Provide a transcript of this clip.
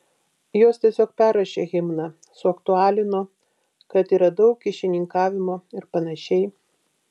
jos tiesiog perrašė himną suaktualino kad yra daug kyšininkavimo ir panašiai